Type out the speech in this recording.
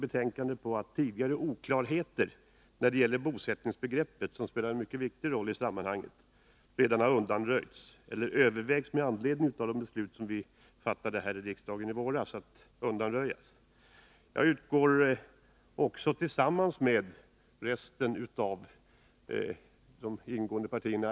Eftersom Lars Ulander själv omnämner denna grupp vill jag fråga honom vad gruppen egentligen har sysslat med under de senaste månaderna.